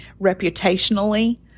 reputationally